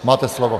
Máte slovo.